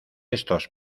estos